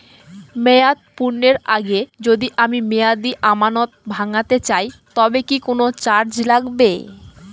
মেয়াদ পূর্ণের আগে যদি আমি মেয়াদি আমানত ভাঙাতে চাই তবে কি কোন চার্জ লাগবে?